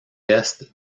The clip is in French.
est